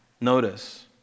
Notice